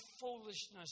foolishness